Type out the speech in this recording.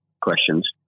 questions